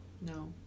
no